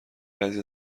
بعضی